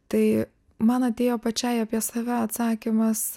tai man atėjo pačiai apie save atsakymas